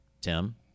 tim